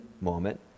moment